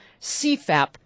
CFAP